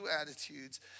attitudes